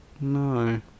No